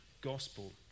gospel